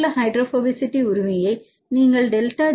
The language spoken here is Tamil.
ஹைட்ரோபோபசிட்டி உரிமையைச் சுற்றியுள்ள நீங்கள் டெல்டா ஜி